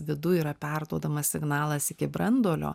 viduj yra perduodamas signalas iki branduolio